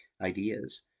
ideas